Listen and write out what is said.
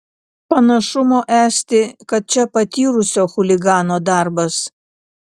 panašumo esti kad čia patyrusio chuligano darbas